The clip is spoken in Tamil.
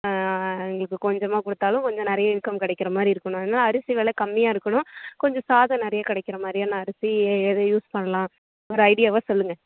எங்களுக்கு கொஞ்சமாக கொடுத்தாலும் கொஞ்சம் நிறைய இன்கம் கிடைக்கிற மாதிரி இருக்கணும் ஆனா அரிசி வெலை கம்மியாக இருக்கணும் கொஞ்சம் சாதம் நிறையா கிடைக்கிற மாதிரியான அரிசி எது யூஸ் பண்ணலாம் ஒரு ஐடியாவாக சொல்லுங்க